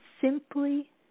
simply